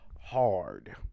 hard